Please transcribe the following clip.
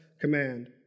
command